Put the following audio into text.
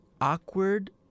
awkward